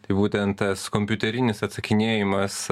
tai būtent tas kompiuterinis atsakinėjimas